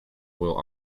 will